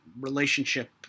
relationship